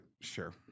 sure